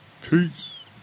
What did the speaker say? Peace